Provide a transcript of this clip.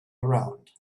around